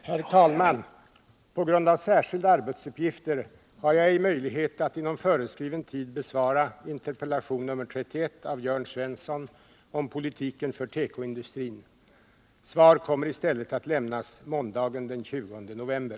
Herr talman! På grund av särskilda arbetsuppgifter har jag ej möjlighet att inom föreskriven tid besvara interpellation nr 31 av Jörn Svensson om politiken för tekoindustrin. Svar kommer i stället att lämnas måndagen den 20 november.